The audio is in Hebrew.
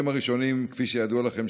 כפי שידוע לכם,